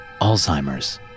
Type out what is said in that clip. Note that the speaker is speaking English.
Alzheimer's